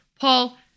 Paul